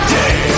day